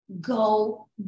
Go